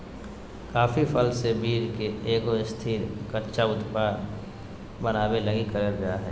coffee फल से बीज के एगो स्थिर, कच्चा उत्पाद बनाबे लगी करल जा हइ